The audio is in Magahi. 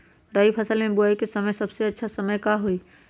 रबी फसल के बुआई के सबसे अच्छा समय का हई?